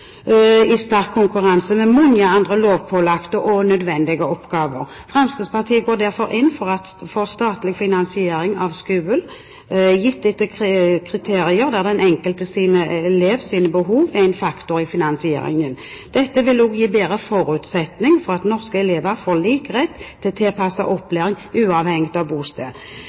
i sterk konkurranse med mange andre lovpålagte og nødvendig oppgaver. Fremskrittspartiet går derfor inn for statlig finansiering av skolen, gitt etter kriterier der den enkelte elevs behov er en faktor i finansieringen. Dette vil også gi en bedre forutsetning for at norske elever får lik rett til tilpasset opplæring, uavhengig av bosted.